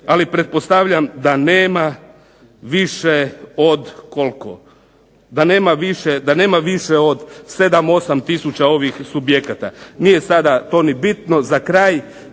Ali pretpostavljam da nema više od koliko, da nema više od 7, 8000 ovih subjekata. Nije sada to ni bitno. Za kraj